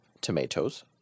tomatoes